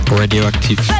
radioactive